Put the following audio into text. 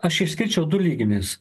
aš išskirčiau du lygmenis